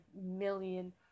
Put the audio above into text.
million